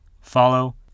follow